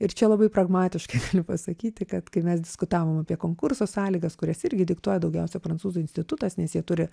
ir čia labai pragmatiškai galiu pasakyti kad kai mes diskutavom apie konkurso sąlygas kurias irgi diktuoja daugiausia prancūzų institutas nes jie turi